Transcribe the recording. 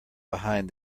behind